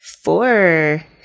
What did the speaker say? Four